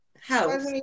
house